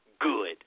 good